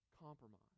compromise